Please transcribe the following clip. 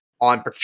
on